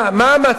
מה, מה המצב?